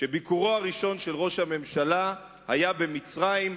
שביקורו הראשון של ראש הממשלה היה במצרים,